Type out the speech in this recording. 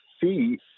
see